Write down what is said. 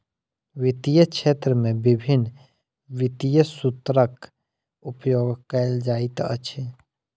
वित्तीय क्षेत्र में विभिन्न वित्तीय सूत्रक उपयोग कयल जाइत अछि